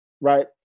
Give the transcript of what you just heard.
right